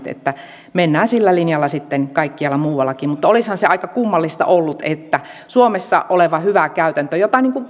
että mennään sillä linjalla sitten kaikkialla muuallakin mutta olisihan se aika kummallista ollut että suomessa oleva hyvä käytäntö